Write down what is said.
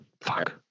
Fuck